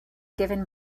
given